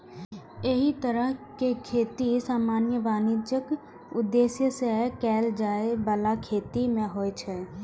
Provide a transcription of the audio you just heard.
एहि तरहक खेती सामान्यतः वाणिज्यिक उद्देश्य सं कैल जाइ बला खेती मे होइ छै